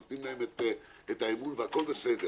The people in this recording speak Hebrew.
נותנים בהם את האמון והכול בסדר